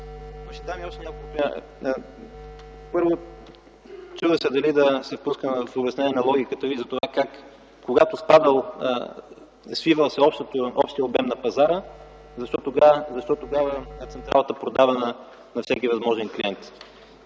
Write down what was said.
Първо, чудя се дали да се впусна в обяснение на логиката Ви за това как, когато се свивал общият обем на пазара, защо тогава централата продава на всеки възможен клиент.